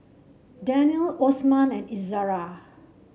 Danial Osman and Izara